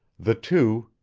the two,